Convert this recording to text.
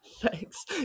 Thanks